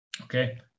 Okay